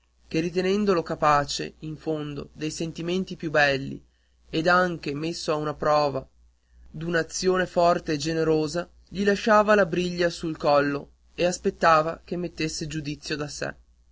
che ritenendolo capace in fondo dei sentimenti più belli ed anche messo a una prova d'un'azione forte e generosa gli lasciava la briglia sul collo e aspettava che mettesse giudizio da sé